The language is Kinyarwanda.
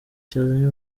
cyazanye